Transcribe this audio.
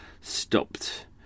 stopped